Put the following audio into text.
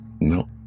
No